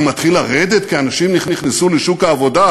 זה מתחיל לרדת כי אנשים נכנסו לשוק העבודה,